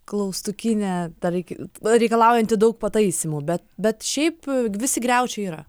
klaustukinė dar reik reikalaujanti daug pataisymų bet bet šiaip visi griaučiai yra